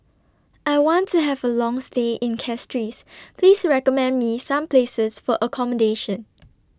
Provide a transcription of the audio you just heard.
I want to Have A Long stay in Castries Please recommend Me Some Places For accommodation